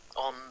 on